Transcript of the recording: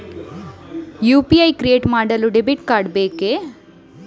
UPI create ಮಾಡಲು debit card ಬೇಕಾ?